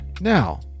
Now